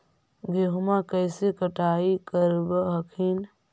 गेहुमा कैसे कटाई करब हखिन?